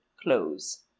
close